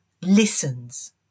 listens